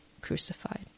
crucified